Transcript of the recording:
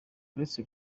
uretse